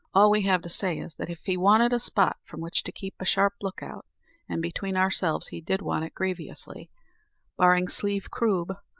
all we have to say is, that if he wanted a spot from which to keep a sharp look-out and, between ourselves, he did want it grievously barring slieve croob,